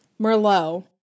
Merlot